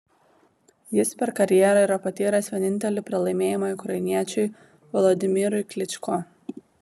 jis per karjerą yra patyręs vienintelį pralaimėjimą ukrainiečiui volodymyrui klyčko